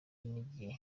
n’igihe